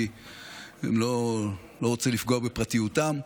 כי לא רוצה לפגוע בפרטיותם.